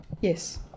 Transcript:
Yes